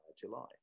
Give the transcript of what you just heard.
July